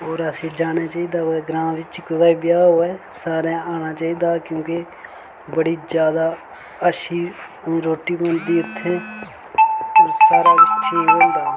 और असें जाना चाही दा कुतै ग्रांऽ बिच्च कुतै ब्याह होऐ सारें आना चाही दा क्योंकि बड़ी ज्यादा अच्छी रोटी मिलदी उत्थै और सारा किश ठीक होंदा